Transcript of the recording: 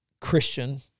Christian